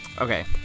Okay